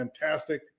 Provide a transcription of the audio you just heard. fantastic